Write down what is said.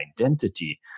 identity